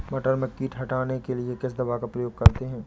मटर में कीट हटाने के लिए किस दवा का प्रयोग करते हैं?